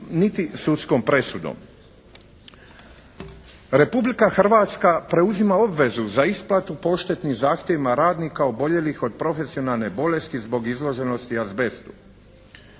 niti sudskom presudom. Republika Hrvatska preuzima obvezu za isplatu po odštetnim zahtjevima radnika oboljelih od profesionalne bolesti zbog izloženosti azbestu.